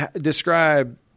describe –